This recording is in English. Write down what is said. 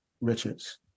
Richards